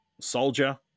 soldier